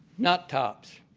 not tops.